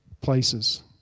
places